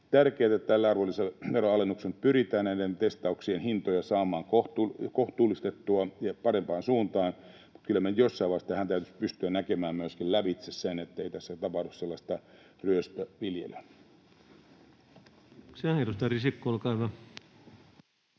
on, että tällä arvonlisäveron alennuksella pyritään näiden testauksien hintoja saamaan kohtuullistettua ja parempaan suuntaan, mutta kyllä meidän jossain vaiheessa täytyisi pystyä näkemään myöskin tämän lävitse, niin ettei tässä tapahdu sellaista ryöstöviljelyä. [Speech